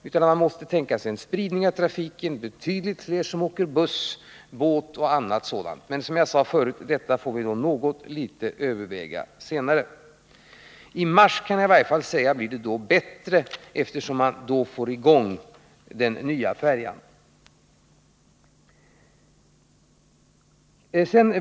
Vi måste därför tänka oss en spridning av trafiken — betydligt fler som åker buss, båt och liknande färdmedel. Men som jag sade tidigare: Detta får vi överväga senare. I mars blir det i alla fall bättre, eftersom man då får i gång den nya färjan.